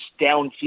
downfield